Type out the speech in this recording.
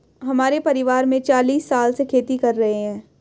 हमारे परिवार में चालीस साल से खेती कर रहे हैं